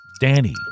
Danny